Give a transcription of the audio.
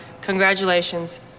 Congratulations